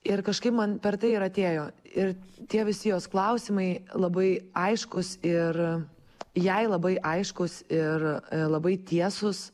ir kažkaip man per tai ir atėjo ir tie visi jos klausimai labai aiškūs ir jai labai aiškūs ir labai tiesūs